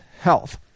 Health